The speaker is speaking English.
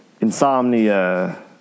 insomnia